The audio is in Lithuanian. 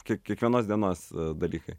kaip kiekvienos dienos dalykai